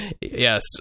yes